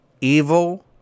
Evil